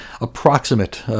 approximate